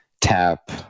tap